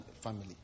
family